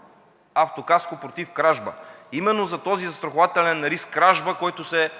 – автокаско против кражба. Именно за този застрахователен риск – кражба, който се